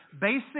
basic